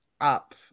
up